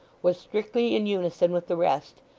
was strictly in unison with the rest,